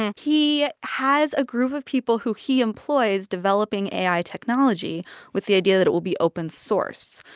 and he has a group of people, who he employs, developing ai technology with the idea that it will be open source,